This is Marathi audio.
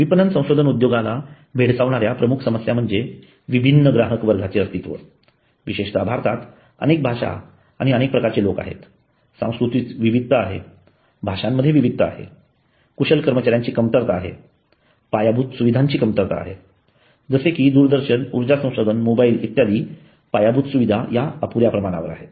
विपणन संशोधन उद्योगाला भेडसावणाऱ्या प्रमुख समस्या म्हणजे विभिन्न ग्राहक वर्गाचे अस्तित्व विशेषत भारतात अनेक भाषा आणि अनेक प्रकारचे लोक आहेत सांस्कृतिक विविधता आहे भाषांमध्ये विविधता आहे कुशल कर्मचाऱ्यांची कमतरता आहे पायाभूत सुविधांची कमतरता आहे जसे कि दूरदर्शन ऊर्जा संसाधन मोबाइल इत्यादी पायाभूत सुविधा या अपुऱ्या प्रमाणात आहे